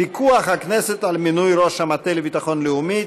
פיקוח הכנסת על מינוי ראש המטה לביטחון לאומי),